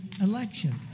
election